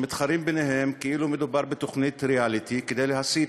מתחרים ביניהם כאילו מדובר בתוכנית ריאליטי כדי להסית